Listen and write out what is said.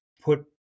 put